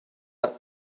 that